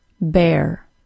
bear